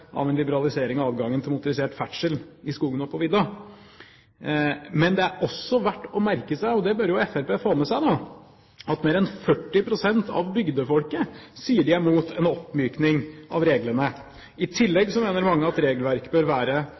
av en liberalisering av adgangen til motorisert ferdsel i skogene og på vidda. Men det er også verdt å merke seg, og det bør Fremskrittspartiet få med seg, at mer enn 40 pst. av bygdefolket sier de er imot en oppmykning av reglene. I tillegg mener mange at regelverket bør være